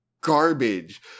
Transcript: Garbage